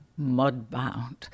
Mudbound